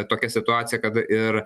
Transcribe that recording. tokia situacija kad ir